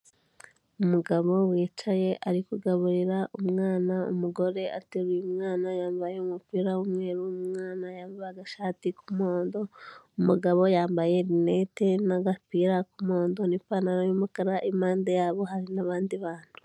Umugabo wicaye ari kugaburira umwana, umugore ateruye umwana, yambaye umupira w'umweru, umwana yambaye agashati k'umuhondo, umugabo yambaye rinete n'agapira k'umuhondo n'ipantaro y'umukara, impande yabo hari n'abandi bantu.